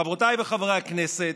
חברותיי וחברי הכנסת,